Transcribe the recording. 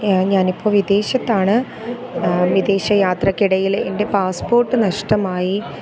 ഞാനിപ്പോൾ വിദേശത്താണ് വിദേശയാത്രയ്ക്ക് ഇടയിൽ എൻ്റെ പാസ്പോർട്ട് നഷ്ടമായി